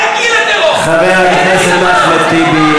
חבר הכנסת אחמד טיבי.